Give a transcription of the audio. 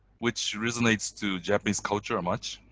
which resonates to japanese culture much.